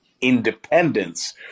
independence